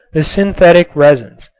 the synthetic resins.